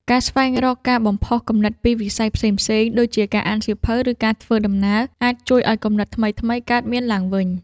ការស្វែងរកការបំផុសគំនិតពីវិស័យផ្សេងៗ ដូចជាការអានសៀវភៅ ឬការធ្វើដំណើរ អាចជួយឱ្យគំនិតថ្មីៗកើតមានឡើងវិញ។